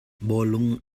bawlung